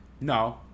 No